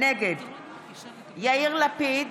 נגד יאיר לפיד,